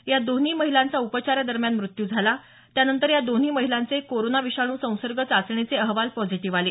या दोन्ही महिलांचा उपचारादरम्यान मृत्यू झाला त्यानंतर या दोन्ही महिलांचे कोरोना विषाणू संसर्ग चाचणीचे अहवाल पॉझिटीव्ह आले